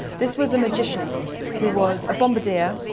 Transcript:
this was a magician who was a bombardier.